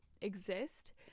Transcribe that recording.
exist